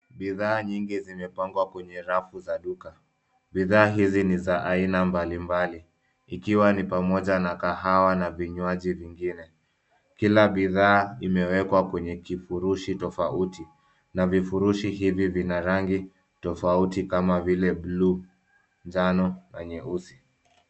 Bidhaa nyingi zimepangwa kwenye rafu za duka. Bidhaa hizo ni za aina mbalimbali ikiwa ni pamoja na kahawa na vinywaji vingine. Kila bidhaa imewekwa kwenye kifurushi tofauti na vifurushi hivi vina rangi tofauti kama vile bluu, njano na nyeusi.